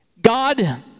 God